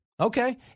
Okay